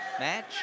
match